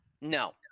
No